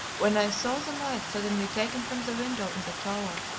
when i saw the light suddenly taken from the window in the tower,